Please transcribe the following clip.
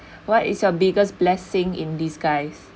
what is your biggest blessing in disguise